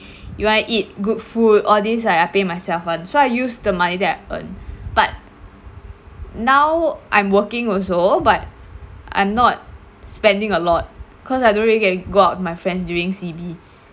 you want to eat good food all these like I pay myself [one] so I use the money that I earned but now I'm working also but I'm not spending a lot cause I don't really get go out with my friends during C_B